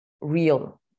real